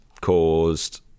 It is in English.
caused